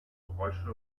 geräusche